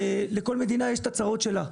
לכל מדינה יש את הצרות שלה.